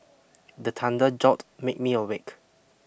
the thunder jolt make me awake